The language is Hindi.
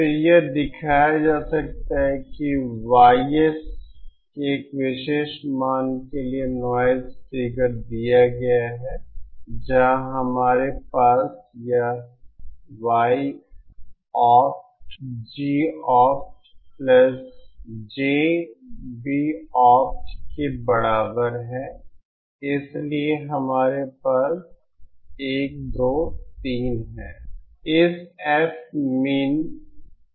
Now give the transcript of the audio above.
फिर यह दिखाया जा सकता है कि Ys के एक विशेष मान के लिए नॉइज़ फिगर दिया गया है जहां हमारे पास यह Yopt Gopt प्लस jBopt के बराबर है इसलिए हमारे पास 1 2 3 है